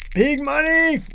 big money.